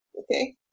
Okay